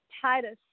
Titus